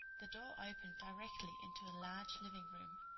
the door opened directly into a large living-room,